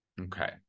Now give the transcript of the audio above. Okay